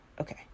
okay